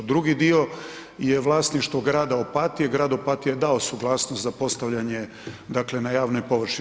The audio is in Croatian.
Drugi dio je vlasništvo grada Opatije, grad Opatija je dao suglasnost za postavljanje na javne površine.